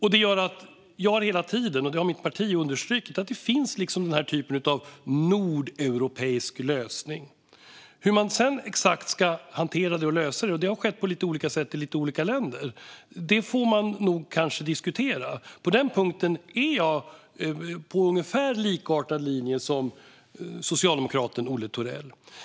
Det gör, som jag och mitt parti understrukit hela tiden, att det finns en typ av nordeuropeisk lösning. Exakt hur man ska hantera och lösa detta får man kanske diskutera. Det har skett på lite olika sätt i olika länder. På den punkten är jag på en likartad linje som socialdemokraten Olle Thorell.